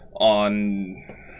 on